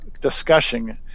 discussion